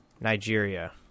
Nigeria